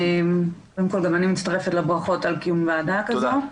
קודם כל גם אני מצטרפת לברכות על קיום ועדה כזו.